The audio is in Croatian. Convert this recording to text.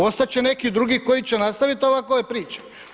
Ostat će neki drugi koji će nastaviti ovakove priče.